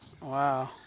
Wow